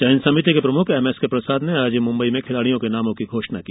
चयन समिति के प्रमुख एमएसके प्रसाद ने आज मुम्बई में खिलाड़ियों के नामों की घोषणा की